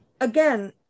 Again